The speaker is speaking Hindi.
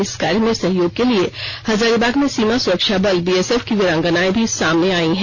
इस कार्य में सहयोग के लिए हजारीबाग में सीमा सुरक्षा बल बीएसएफ की वीरांगनाएं भी सामने आयी हैं